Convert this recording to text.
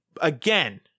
again